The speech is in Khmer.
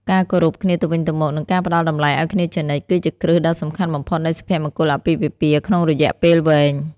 ការគោរពគ្នាទៅវិញទៅមក និងការផ្ដល់តម្លៃឱ្យគ្នាជានិច្ច គឺជាគ្រឹះដ៏សំខាន់បំផុតនៃសុភមង្គលអាពាហ៍ពិពាហ៍ក្នុងរយៈពេលវែង។